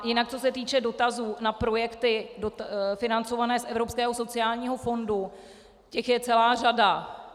Jinak co se týče dotazů na projekty financované z Evropského sociálního fondu, těch je celá řada.